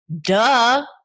duh